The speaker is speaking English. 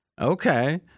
Okay